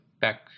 back